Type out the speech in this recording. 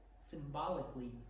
symbolically